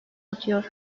atıyor